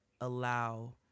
allow